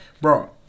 Bro